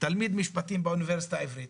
תלמיד משפטים באוניברסיטה העברית,